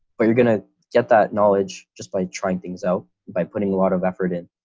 but you're going to get that knowledge just by trying things out by putting a lot of effort in.